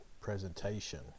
presentation